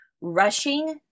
rushing